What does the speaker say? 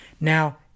Now